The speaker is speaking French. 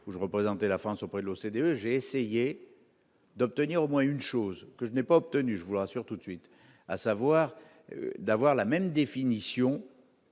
Augereau présenté la France auprès de l'OCDE, j'ai essayé d'obtenir au moins une chose que je n'ai pas obtenu, je vous rassure tout de suite, à savoir d'avoir la même définition.